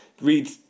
Read